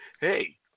Hey